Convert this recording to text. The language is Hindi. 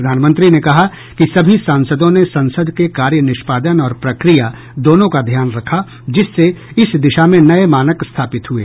प्रधानमंत्री ने कहा कि सभी सांसदों ने संसद के कार्य निष्पादन और प्रक्रिया दोनों का ध्यान रखा जिससे इस दिशा में नये मानक स्थापित हुए